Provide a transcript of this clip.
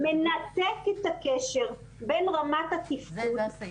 -- מנתק את הקשר בין רמת התפקוד -- זה הסעיף.